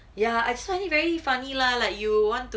ya it's funny very funny lah like you want to